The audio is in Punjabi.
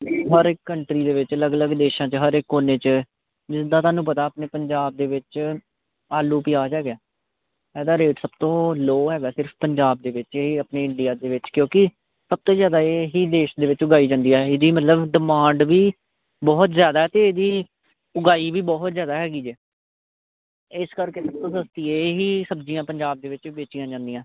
ਹਰ ਇੱਕ ਕੰਟਰੀ ਦੇ ਵਿੱਚ ਅਲੱਗ ਅਲੱਗ ਦੇਸ਼ਾਂ 'ਚ ਹਰ ਇੱਕ ਕੋਨੇ 'ਚ ਜਿੱਦਾਂ ਤੁਹਾਨੂੰ ਪਤਾ ਆਪਣੇ ਪੰਜਾਬ ਦੇ ਵਿੱਚ ਆਲੂ ਪਿਆਜ਼ ਹੈਗਾ ਇਹਦਾ ਰੇਟ ਸਭ ਤੋਂ ਲੋ ਹੈਗਾ ਸਿਰਫ ਪੰਜਾਬ ਦੇ ਵਿੱਚ ਇਹ ਆਪਣੀ ਇੰਡੀਆ ਦੇ ਵਿੱਚ ਕਿਉਂਕਿ ਸਭ ਤੋਂ ਜ਼ਿਆਦਾ ਇਹੀ ਦੇਸ਼ ਦੇ ਵਿੱਚ ਉਗਾਈ ਜਾਂਦੀ ਹੈ ਇਹਦੀ ਮਤਲਬ ਡਿਮਾਂਡ ਵੀ ਬਹੁਤ ਜ਼ਿਆਦਾ ਅਤੇ ਇਹਦੀ ਉਗਾਈ ਵੀ ਬਹੁਤ ਜਗ੍ਹਾ ਹੈਗੀ ਜੇ ਇਸ ਕਰਕੇ ਇਹ ਹੀ ਸਬਜ਼ੀਆਂ ਪੰਜਾਬ ਦੇ ਵਿੱਚ ਵੇਚੀਆਂ ਜਾਂਦੀਆਂ